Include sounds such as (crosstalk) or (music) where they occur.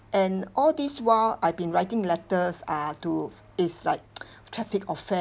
and all this while I've been writing letters uh to is like (noise) traffic